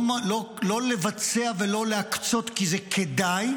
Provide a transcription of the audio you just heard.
לא לבצע ולא להקצות כי זה כדאי,